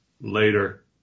later